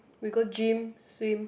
we go gym swim